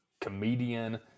comedian